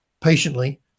patiently